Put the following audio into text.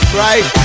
right